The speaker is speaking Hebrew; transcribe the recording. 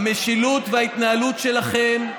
המשילות וההתנהלות שלכם,